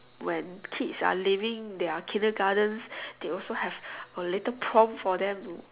when kids are leaving their kindergartens they also have a little prom for them